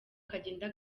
kagenda